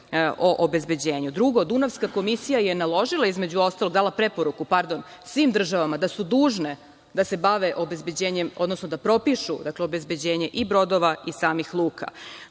o obezbeđenju. Drugo, Dunavska komisija je naložila, između ostalog, dala preporuku, pardon, svim državama da su dužne da se bave obezbeđenjem, odnosno da propišu obezbeđenje i brodova i samih